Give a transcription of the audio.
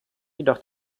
jedoch